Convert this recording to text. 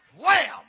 Wham